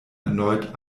erneut